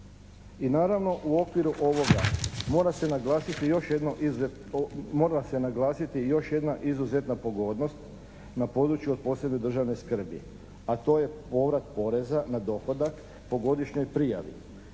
I naravno, u okviru ovoga, mora se naglasiti još jedna izuzetna pogodnost na području od posebne državne skrbi, a to je povrat poreza na dohodak po godišnjoj prijavi